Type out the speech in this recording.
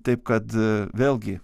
taip kad vėlgi